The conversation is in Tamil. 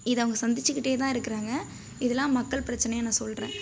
இதை அவங்க சந்திச்சிக்கிட்டே தான் இருக்கிறாங்க இதெலாம் மக்கள் பிரச்சனையாக நான் சொல்கிறேன்